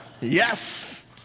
Yes